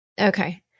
Okay